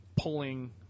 pulling